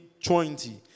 20